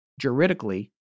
juridically